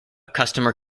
customer